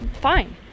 fine